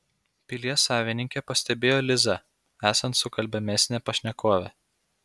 pilies savininkė pastebėjo lizą esant sukalbamesnę pašnekovę